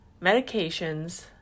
medications